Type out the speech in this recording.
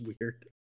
weird